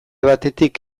batetik